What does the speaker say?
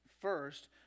first